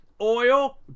oil